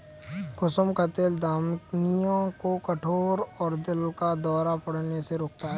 कुसुम का तेल धमनियों को कठोर और दिल का दौरा पड़ने से रोकता है